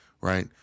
right